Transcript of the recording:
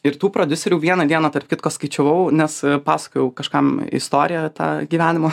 ir tų prodiuserių vieną dieną tarp kitko skaičiavau nes pasakojau kažkam istoriją tą gyvenimo